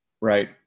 Right